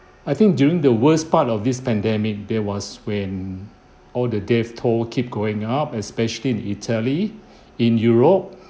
I think during the worst part of this pandemic there was when all the death toll keep going up especially in italy in europe